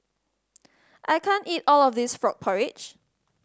I can't eat all of this frog porridge